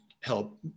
help